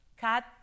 cut